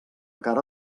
cara